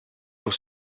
pour